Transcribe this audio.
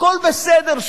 הכול בסדר,